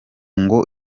ngo